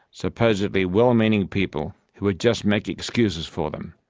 supposedly well-meaning people who would just make excuses for them.